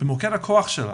למוקד הכוח שלה,